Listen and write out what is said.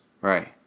Right